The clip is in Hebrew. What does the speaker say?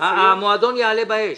המועדון יעלה באש.